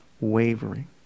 wavering